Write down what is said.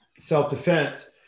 self-defense